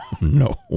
no